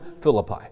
Philippi